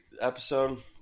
episode